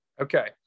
Okay